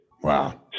Wow